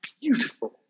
beautiful